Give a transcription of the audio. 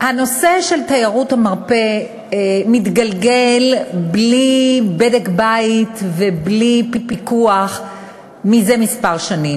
הנושא של תיירות המרפא מתגלגל בלי בדק-בית ובלי פיקוח זה כמה שנים.